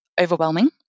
overwhelming